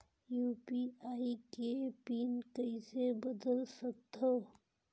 UPI के pin कइसे बदल सकथव?